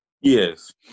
Yes